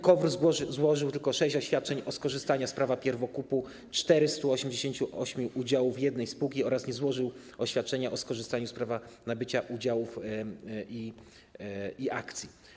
KOWR złożył tylko sześć oświadczeń o skorzystaniu z prawa pierwokupu 488 udziałów jednej spółki oraz nie złożył oświadczenia o skorzystaniu z prawa nabycia udziałów i akcji.